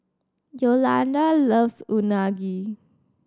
Yolanda loves Unagi